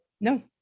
No